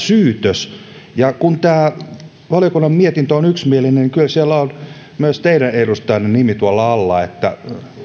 syytös ja kun tämä valiokunnan mietintö on yksimielinen niin kyllä siellä on myös teidän edustajanne nimi tuolla alla niin että